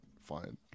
Fine